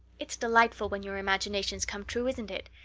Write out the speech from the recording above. it's delightful when your imaginations come true, isn't it?